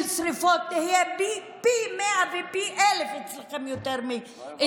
שרפות תהיה פי מאה ופי אלף יותר מאצלי.